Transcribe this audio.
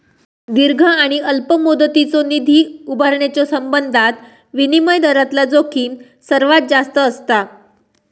दीर्घ आणि अल्प मुदतीचो निधी उभारण्याच्यो संबंधात विनिमय दरातला जोखीम सर्वात जास्त असता